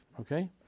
okay